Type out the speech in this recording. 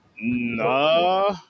No